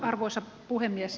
arvoisa puhemies